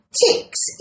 ticks